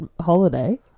holiday